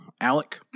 Alec